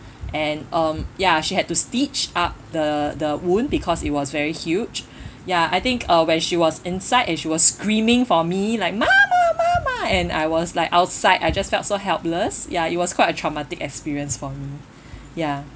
and um ya she had to stitch up the the wound because it was very huge ya I think uh when she was inside and she was screaming for me like mum mum mum mum and I was like outside I just felt so helpless ya it was quite a traumatic experience for me ya